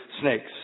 snakes